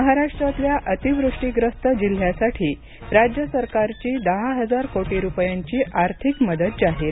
महाराष्ट्रातल्या अतिवृष्टीग्रस्त जिल्ह्यासाठी राज्य सरकारची दहा हजार कोटी रुपयांची आर्थिक मदत जाहीर